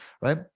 right